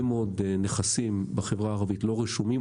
מאוד נכסים בחברה הערבית לא רשומים,